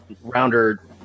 rounder